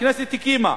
הכנסת הקימה.